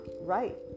right